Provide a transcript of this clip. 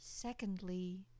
Secondly